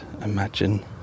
imagine